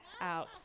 out